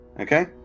Okay